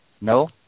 No